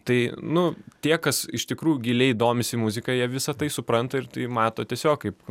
tai nu tie kas iš tikrųjų giliai domisi muzika jie visa tai supranta ir tai mato tiesiog kaip